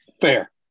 Fair